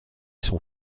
son